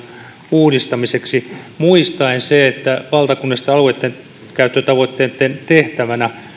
uudistamiseksi muistaen se että valtakunnallisten alueittenkäyttötavoitteitten tehtävänä